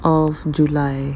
of july